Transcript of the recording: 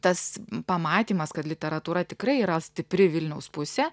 tas pamatymas kad literatūra tikrai yra stipri vilniaus pusė